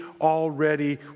already